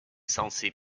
censé